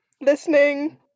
listening